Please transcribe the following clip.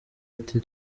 ati